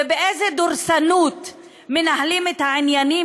ובאיזה דורסנות מנהלים את העניינים,